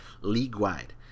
league-wide